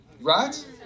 Right